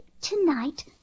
Tonight